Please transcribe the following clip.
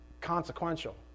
consequential